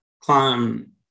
climb